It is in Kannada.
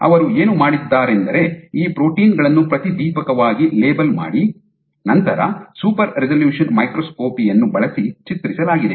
ಅವರು ಏನು ಮಾಡಿದ್ದಾರೆಂದರೆ ಈ ಪ್ರೋಟೀನ್ ಗಳನ್ನು ಪ್ರತಿದೀಪಕವಾಗಿ ಲೇಬಲ್ ಮಾಡಿ ನಂತರ ಸೂಪರ್ ರೆಸಲ್ಯೂಶನ್ ಮೈಕ್ರೋಸ್ಕೋಪಿ ಯನ್ನು ಬಳಸಿ ಚಿತ್ರಿಸಲಾಗಿದೆ